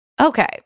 Okay